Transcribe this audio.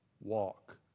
walk